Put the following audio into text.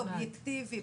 אובייקטיבי,